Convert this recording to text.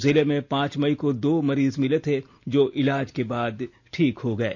जिले में पांच मई को दो मरीज मिले थे जो इलाज के बाद ठीक हो गये